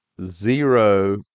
zero